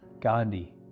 Gandhi